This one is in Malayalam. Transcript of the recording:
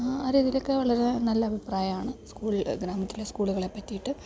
ആ രീതിയിലൊക്കെ വളരെ നല്ല അഭിപ്രായമാണ് സ്കൂൾ ഗ്രാമത്തിലെ സ്കൂളുകളെ പറ്റിയിട്ട്